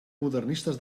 modernistes